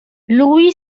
lui